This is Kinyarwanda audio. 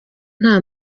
nta